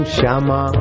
Shama